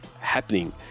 happening